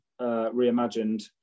Reimagined